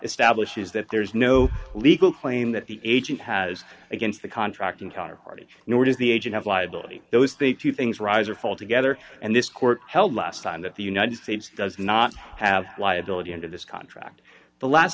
establishes that there is no legal claim that the agent has against the contract and counterparty nor does the agent have liability those two things rise or fall together and this court held last time that the united states does not have liability into this contract the last